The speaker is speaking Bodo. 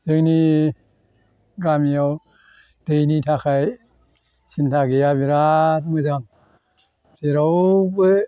जोंनि गामियाव दैनि थाखाय सिन्था गैया बेराद मोजां जेरावबो